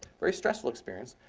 very stressful experience.